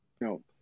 No